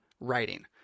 writing